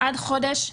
עד חודש נובמבר,